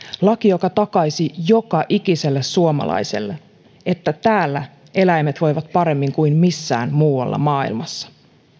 laki joka takaisi joka ikiselle suomalaiselle sen että täällä eläimet voivat paremmin kuin missään muualla maailmassa